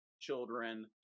children